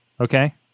Okay